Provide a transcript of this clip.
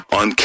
on